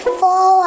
four